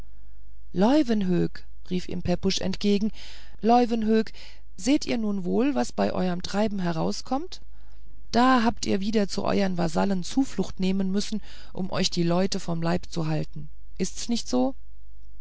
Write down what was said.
leuwenhoek so rief ihm pepusch entgegen leuwenhoek seht ihr nun wohl was bei euerm treiben herauskommt da habt ihr wieder zu euern vasallen zuflucht nehmen müssen um euch die leute vom leibe zu halten ist's nicht so